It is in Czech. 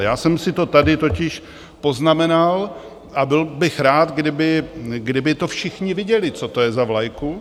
Já jsem si to tady totiž poznamenal a byl bych rád, kdyby to všichni viděli, co to je za vlajku.